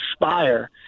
inspire